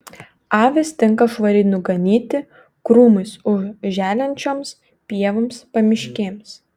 avys tinka švariai nuganyti krūmais užželiančioms pievoms pamiškėms